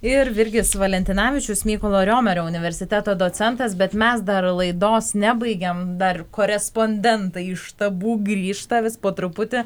ir virgis valentinavičius mykolo romerio universiteto docentas bet mes dar laidos nebaigėm dar korespondentai iš štabų grįžta vis po truputį